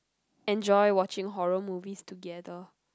enjoy watching horror movies together